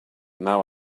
now